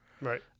right